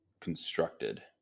constructed